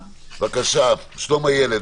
בבקשה, שלום הילד.